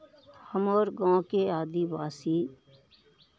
हमर गाँवके आदिवासी